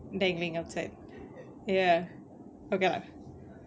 dangling outside ya